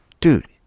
dude